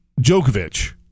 Djokovic